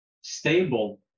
stable